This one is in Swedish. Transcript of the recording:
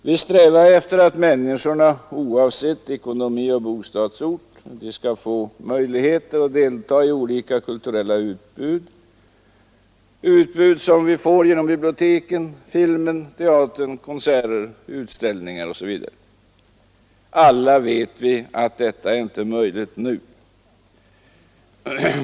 Vi strävar efter att människorna oavsett ekonomi och bostadsort skall få möjligheter att delta i olika kulturella utbud som vi får genom biblioteken, filmen, teatern, konserter, utställningar osv. Detta är inte möjligt nu.